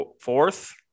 Fourth